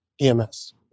EMS